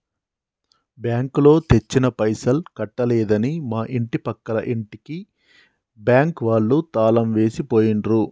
బ్యాంకులో తెచ్చిన పైసలు కట్టలేదని మా ఇంటి పక్కల ఇంటికి బ్యాంకు వాళ్ళు తాళం వేసి పోయిండ్రు